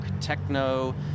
techno